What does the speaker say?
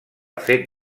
fet